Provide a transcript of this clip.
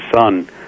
son